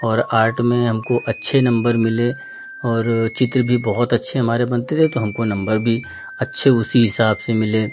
और आर्ट में हमको अच्छे नंबर मिले और चित्र भी बहुत अच्छे हमारे बनते थे तो हमको नंबर भी अच्छे उसी हिसाब से मिले